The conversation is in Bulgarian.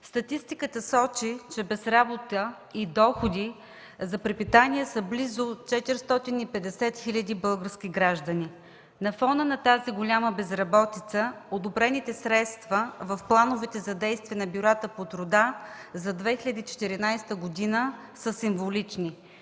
Статистиката сочи, че без работа и доходи за препитание са близо 450 хиляди български граждани. На фона на тази голяма безработица одобрените средства в плановете за действие на бюрата по труда за 2014 г. са символични.